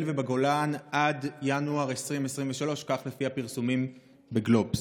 ובגולן עד ינואר 2023. כך לפי הפרסומים בגלובס.